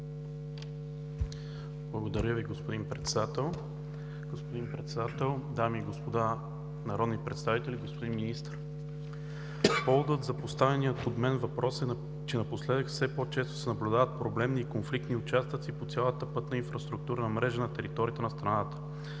Благодаря Ви, господин Председател. Господин Председател, дами и господа народни представители, господин Министър! Поводът за поставения от мен въпрос е, че напоследък все по-често се наблюдават проблемни и конфликтни участъци по цялата пътна инфраструктурна мрежа на територията на страната.